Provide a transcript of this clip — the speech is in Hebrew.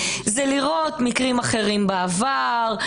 זה לראות מקרים אחרים בעבר,